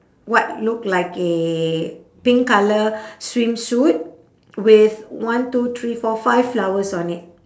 what look like a pink colour swimsuit with one two three four five flowers on it